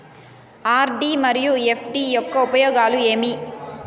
RD మరియు FD యొక్క ఉపయోగాలు ఏమి?